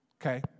okay